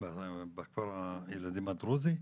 בכפר הילדים הדרוזי,